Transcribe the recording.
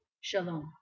Shalom